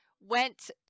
went